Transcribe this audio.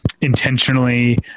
intentionally